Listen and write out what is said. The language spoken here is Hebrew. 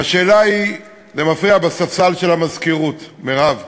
והשאלה היא, זה מפריע בספסל של המזכירות, מרב.